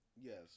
Yes